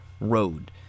road